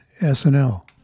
SNL